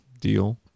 deal